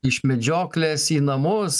iš medžioklės į namus